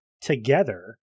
together